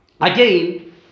again